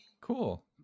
Cool